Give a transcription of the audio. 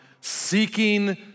seeking